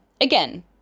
again